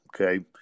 Okay